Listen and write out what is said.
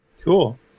cool